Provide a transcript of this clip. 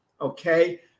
okay